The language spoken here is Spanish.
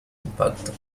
impacto